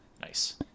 Nice